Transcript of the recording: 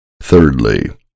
Thirdly